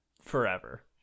Forever